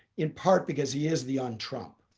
in part because he is the un-trump.